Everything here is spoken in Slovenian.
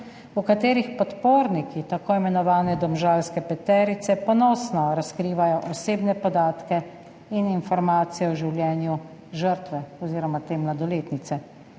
v katerih podporniki tako imenovane domžalske peterice ponosno razkrivajo osebne podatke in informacije o življenju žrtve oziroma te mladoletnice.